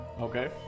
Okay